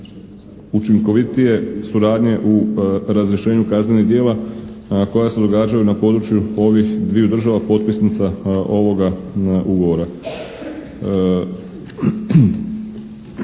učinkovitije suradnje u razrješenju kaznenih djela koja se događaju na području ovih dviju država potpisnica ovoga ugovora.